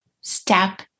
step